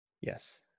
Yes